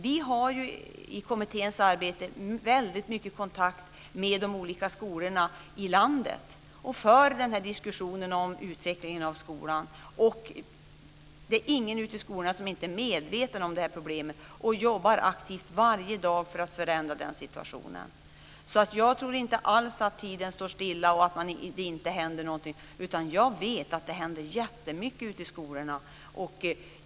Vi har i kommitténs arbete mycket kontakt med olika skolor i landet. Vi för diskussionen om utvecklingen av skolan. Det är ingen i skolorna som inte är medveten om problemet. De jobbar aktivt varje dag för att förändra situationen. Jag tror inte alls att tiden står still och att det inte händer någonting. Jag vet att det händer jättemycket i skolorna.